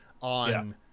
on